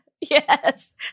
Yes